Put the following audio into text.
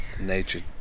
nature